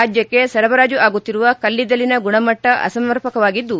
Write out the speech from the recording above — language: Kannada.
ರಾಜ್ಯಕ್ಷ ಸರಬರಾಜು ಆಗುತ್ತಿರುವ ಕಲ್ಲಿದ್ದಲಿನ ಗುಣಮಟ್ಟ ಅಸರ್ಮಪಕವಾಗಿದ್ದು